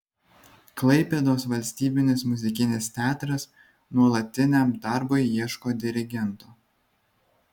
klaipėdos valstybinis muzikinis teatras nuolatiniam darbui ieško dirigento